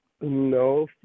No